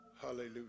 Hallelujah